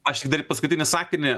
aš tik dar į paskutinį sakinį